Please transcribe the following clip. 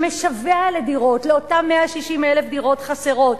שמשווע לדירות, לאותם 160,000 דירות חסרות?